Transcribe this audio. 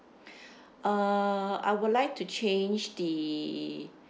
uh I would like to change the